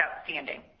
outstanding